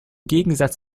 gegensatz